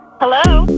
hello